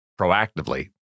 proactively